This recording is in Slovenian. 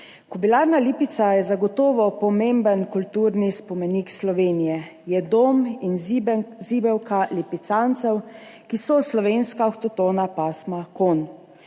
Kobilarna Lipica je zagotovo pomemben kulturni spomenik Slovenije, je dom in zibelka lipicancev, ki so slovenska avtohtona pasma konj.